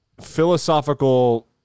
philosophical